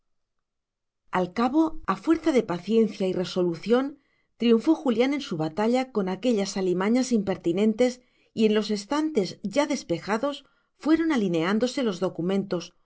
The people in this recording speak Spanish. al cabo a fuerza de paciencia y resolución triunfó julián en su batalla con aquellas alimañas impertinentes y en los estantes ya despejados fueron alineándose los documentos